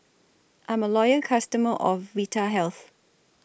I'm A Loyal customer of Vitahealth